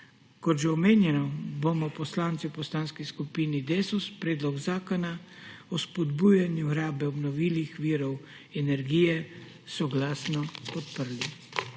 Kot že omenjeno, bomo poslanci v Poslanski skupini Desus Predlog zakona o spodbujanju rabe obnovljivih virov energije soglasno podprli.